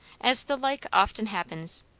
as the like often happens,